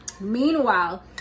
Meanwhile